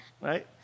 Right